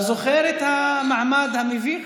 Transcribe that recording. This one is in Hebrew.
אתה זוכר את המעמד המביך?